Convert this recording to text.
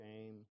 shame